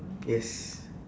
yes